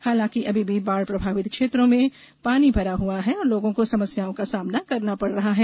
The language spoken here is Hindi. हालांकि अभी भी बाढ़ प्रभावित क्षेत्रों में पानी भरा हुआ है और लोगों को समस्याओं का सामना करना पड़ रहा है